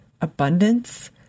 abundance